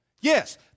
Yes